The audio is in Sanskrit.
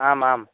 आम् आम्